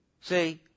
See